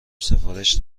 سفارش